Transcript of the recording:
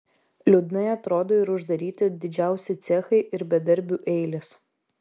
liūdnai atrodo ir uždaryti didžiausi cechai ir bedarbių eilės